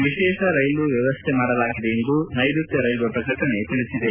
ವಿಶೇಷ ರೈಲು ವ್ಯವಸ್ಥೆ ಮಾಡಲಾಗಿದೆ ಎಂದು ನೈರುತ್ಯ ರೈಲ್ವೇ ಪ್ರಕಟಣೆ ತಿಳಿಸಿದೆ